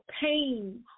pain